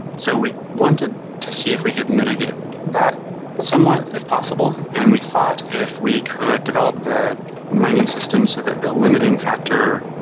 so we wanted to see if we could mitigate that somewhat, if possible, and we thought if we could develop the mining systems so that the limiting factor,